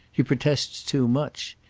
he protests too much.